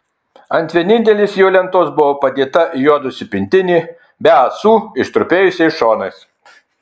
ant vienintelės jo lentos buvo padėta įjuodusi pintinė be ąsų ištrupėjusiais šonais